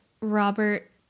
Robert